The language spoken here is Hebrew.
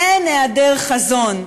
אין היעדר חזון,